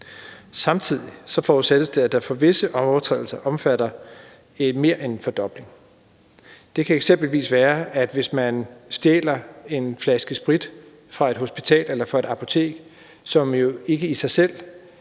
Samtidig forudsættes det, at det for visse overtrædelser omfatter mere end en fordobling. Det kan eksempelvis være, hvis man stjæler en flaske sprit fra et hospital eller fra et apotek, som jo ikke i sig selv